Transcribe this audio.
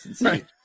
Right